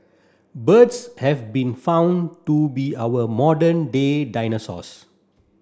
birds have been found to be our modern day dinosaurs